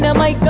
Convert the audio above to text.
my